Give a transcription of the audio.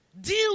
Deal